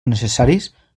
necessaris